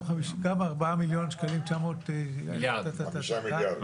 900 טה-טה-טה-טה-טה-טה,